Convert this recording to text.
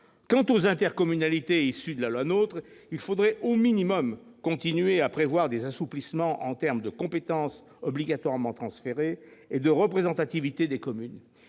Quant aux intercommunalités issues de la loi NOTRe, il faudrait au minimum continuer à prévoir des assouplissements en termes de compétences obligatoirement transférées et de représentation des communes.